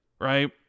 right